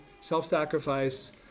self-sacrifice